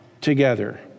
together